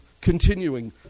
continuing